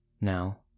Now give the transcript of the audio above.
Now